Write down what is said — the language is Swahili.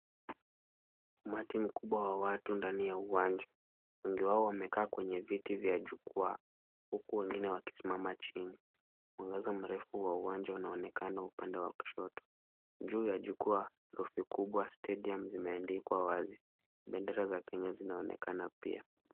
Umati mkubwa watu ndani ya uwanja, wengi wao wamekaa kwenye viti vya jukwaa, huku wengine wakisimama chini, mwangaza mrefu wa uwanja unaonekana upande wa kushoto, juu ya jukwaa, herufi kubwa Stadium zimeandikwa wazi, bendera za Kenya zinaonekana pia.